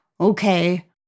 okay